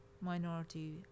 minority